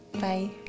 Bye